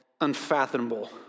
unfathomable